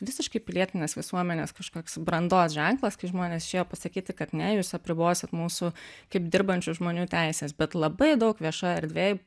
visiškai pilietinės visuomenės kažkoks brandos ženklas kai žmonės išėjo pasakyti kad ne jūs apribosit mūsų kaip dirbančių žmonių teises bet labai daug viešoj erdvėj